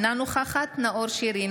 אינה נוכחת נאור שירי,